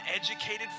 educated